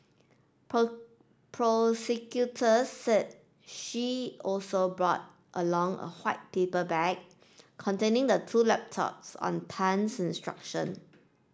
prosecutors said she also brought along a white paper bag containing the two laptops on Tan's instruction